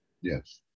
Yes